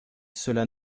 cela